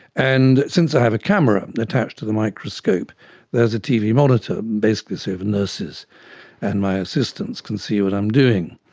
and since i have a camera attached to the microscope there's a tv monitor, basically so the nurses and my assistants can see what i'm doing.